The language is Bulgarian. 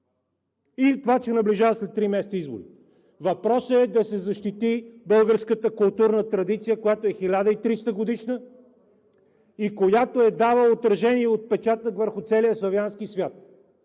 това, че наближават след три месеца избори. Въпросът е да се защити българската културна традиция, която е 1300-годишна и която е давала отражение и отпечатък върху целия славянски свят.